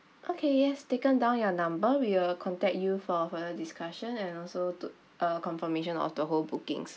okay yes taken down your number we will contact you for further discussion and also to uh confirmation of the whole bookings